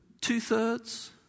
Two-thirds